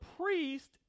priest